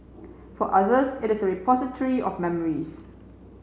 for others it is repository of memories